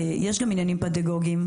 יש גם עניינים פדגוגיים.